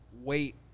wait